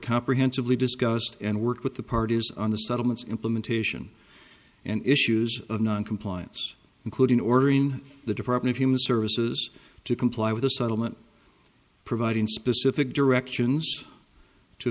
comprehensively discussed and worked with the parties on the settlements implementation and issues of noncompliance including ordering the department of human services to comply with the settlement providing specific directions to